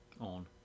On